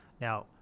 now